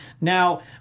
Now